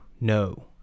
No